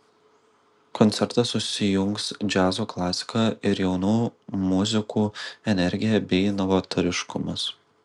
koncerte susijungs džiazo klasika ir jaunų muzikų energija bei novatoriškumas